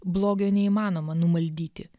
blogio neįmanoma numaldyti